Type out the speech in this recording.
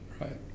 Right